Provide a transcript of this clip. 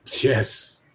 Yes